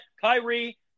Kyrie